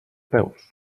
peus